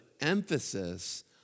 emphasis